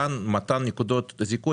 כאן מתן נקודות זיכוי,